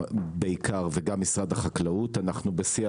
בעיקר, וגם משרד החקלאות, אנחנו בשיח.